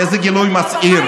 איזה גילוי מסעיר.